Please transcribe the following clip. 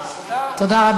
תודה רבה.